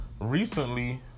recently